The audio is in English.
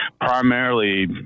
primarily